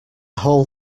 whole